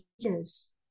leaders